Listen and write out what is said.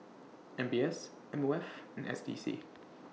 M B S M O F and S D C